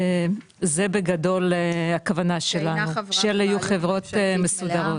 זה בגדול הכוונה שלנו של חברות מסודרות.